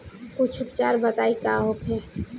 कुछ उपचार बताई का होखे?